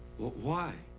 why?